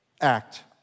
act